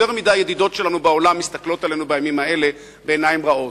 יותר מדי ידידות שלנו בעולם מסתכלות עלינו בימים האלה בעיניים רעות.